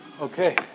Okay